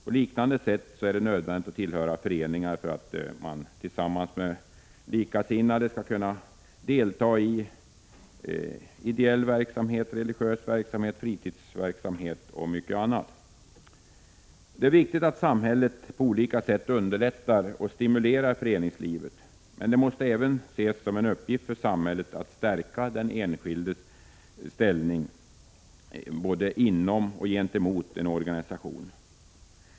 På liknande sätt är det nödvändigt att tillhöra föreningar för att man tillsammans med likasinnade skall kunna delta i ideell eller religiös verksamhet, fritidsverksamhet och mycket annat. Det är viktigt att samhället på olika sätt underlättar och stimulerar föreningslivet. Men det måste även ses som en uppgift för samhället att stärka den enskildes ställning både inom och gentemot en organisation.